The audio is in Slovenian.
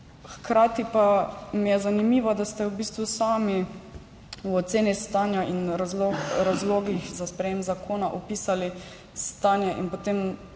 Hkrati pa mi je zanimivo, da ste v bistvu sami v oceni stanja in razlogih za sprejetje zakona opisali stanje in potem predlagali